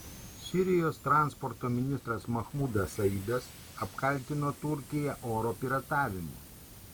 sirijos transporto ministras mahmudas saidas apkaltino turkiją oro piratavimu